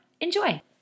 enjoy